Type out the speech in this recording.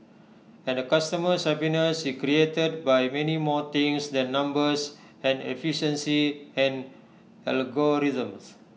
and A customer's happiness is created by many more things than numbers and efficiency and algorithms